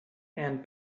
and